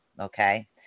Okay